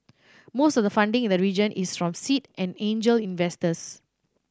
most of the funding in the region is from seed and angel investors